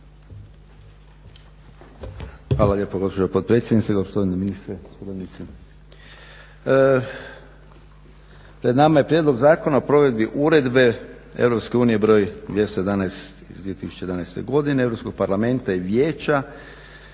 Hvala lijepo gospođo potpredsjednice, poštovani ministre, suradnici. Pred nama je prijedlog Zakona o provedbi uredbe (EU) br.211/2011. godine Europskog parlamenta i Vijeća